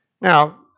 Now